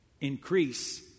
increase